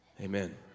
Amen